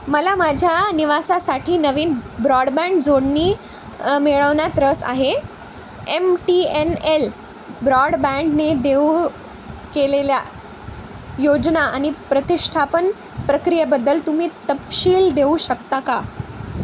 मला माझ्या निवासासाठी नवीन ब्रॉडबँड जोडणी मिळवण्यात रस आहे एम टी एन एल ब्रॉडबँडने देऊ केलेल्या योजना आणि प्रतिष्ठापन प्रक्रियेबद्दल तुम्ही तपशील देऊ शकता का